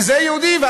וזה יהודים.